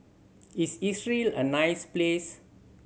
is Israel a nice place